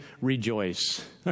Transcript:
rejoice